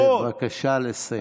בבקשה לסיים.